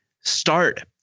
start